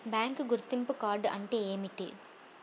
Bank గుర్తింపు card అంటే ఏమిటి?